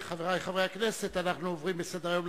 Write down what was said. חברי חברי הכנסת, אנחנו ממשיכים בסדר-היום.